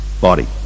body